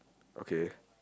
okay